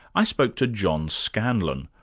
i spoke to john scanlan,